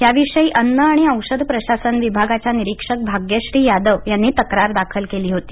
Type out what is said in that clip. याविषयी अन्न आणि औषध प्रशासन विभागाच्या निरीक्षक भाग्यश्री यादव यांनी तक्रार दाखल केली होती